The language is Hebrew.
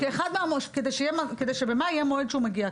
כי אחד --- כי במאי יהיה מועד שהוא מגיע.